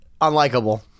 unlikable